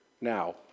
Now